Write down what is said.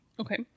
Okay